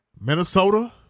Minnesota